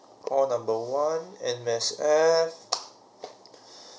call number one M_S_F